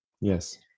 Yes